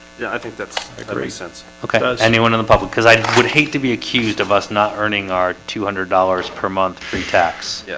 yeah, i think that's very sense okay, anyone in the public cuz i would hate to be accused of us not earning our two hundred dollars per month pre-tax. yeah